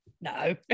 No